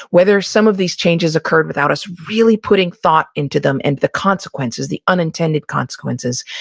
whether some of these changes occurred without us really putting thought into them and the consequences, the unintended consequences.